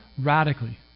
radically